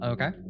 Okay